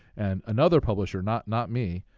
and another publisher, not not me,